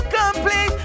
complete